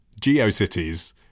GeoCities